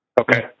Okay